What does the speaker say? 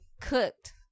cooked